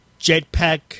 jetpack